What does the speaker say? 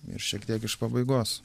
ir šiek tiek iš pabaigos